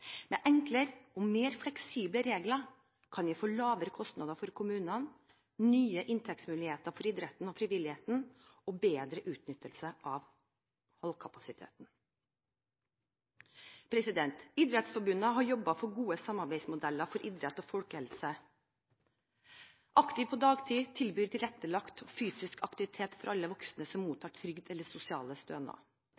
Med enklere og mer fleksible regler kan vi få lavere kostnader for kommunene, nye inntektsmuligheter for idretten og frivilligheten og bedre utnyttelse av hallkapasiteten. Idrettsforbundet har jobbet for gode samarbeidsmodeller for idrett og folkehelse. Aktiv på Dagtid tilbyr tilrettelagt fysisk aktivitet for alle voksne som